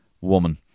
woman